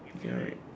ya